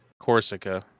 corsica